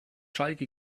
schalke